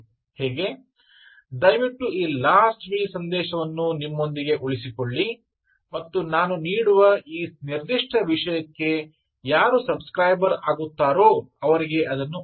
"ದಯವಿಟ್ಟು ಈ last will ಸಂದೇಶವನ್ನು ನಿಮ್ಮೊಂದಿಗೆ ಉಳಿಸಿಕೊಳ್ಳಿ ಮತ್ತು ನಾನು ನೀಡುವ ಈ ನಿರ್ದಿಷ್ಟ ವಿಷಯಕ್ಕೆ ಯಾರು ಸಬ್ ಸ್ಕ್ರೈಬರ್ ರಾಗುತ್ತಾರೋ ಅವರಿಗೆ ಅದನ್ನು ಒದಗಿಸಿ